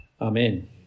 Amen